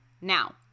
now